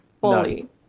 fully